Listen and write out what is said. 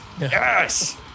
yes